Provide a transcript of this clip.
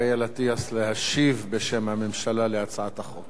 אטיאס להשיב בשם הממשלה על הצעת החוק.